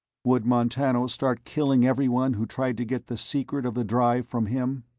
would montano start killing everyone who tried to get the secret of the drive from him?